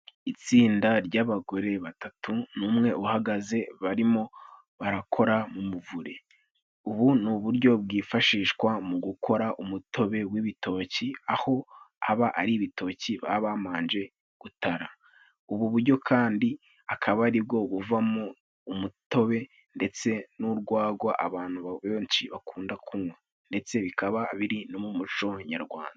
Itsinda ry'abagore batatu n'umwe uhagaze bari mo barakora mu muvure. Ubu ni uburyo bwifashishwa mu gukora umutobe w'ibitoki, aho aba ari ibitoki baba bamanje gutara. Ubu bujyo kandi akaba ari bwo buvamo umutobe ndetse n'urwagwa abantu benshi bakunda kunywa, ndetse bikaba biri mu muco nyarwanda.